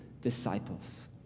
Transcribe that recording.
disciples